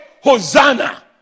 Hosanna